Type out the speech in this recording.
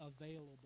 available